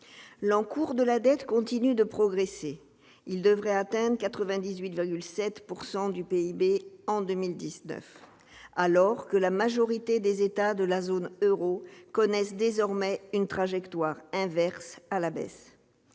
L'encours de la dette continue d'augmenter. Il devrait atteindre 98,7 % du PIB en 2019, alors que la majorité des États de la zone euro connaissent désormais une trajectoire inverse, à la baisse.